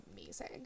amazing